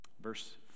Verse